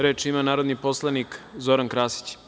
Reč ima narodni poslanik Zoran Krasić.